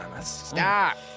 Stop